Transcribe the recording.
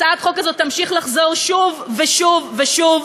הצעת החוק הזאת תמשיך לחזור שוב ושוב ושוב,